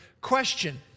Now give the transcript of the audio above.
question